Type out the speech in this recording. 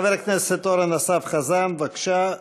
חבר הכנסת אורן אסף חזן, בבקשה.